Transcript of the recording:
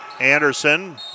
Anderson